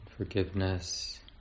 Forgiveness